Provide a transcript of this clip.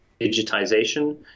digitization